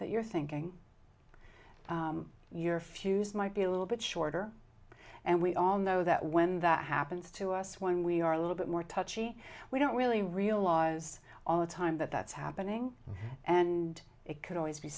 that you're thinking your fuse might be a little bit shorter and we all know that when that happens to us when we are a little bit more touchy we don't really realize all the time that that's happening and it could always be